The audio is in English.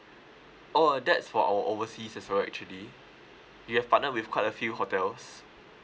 oh that's for our overseas as well actually we have partnered with quite a few hotels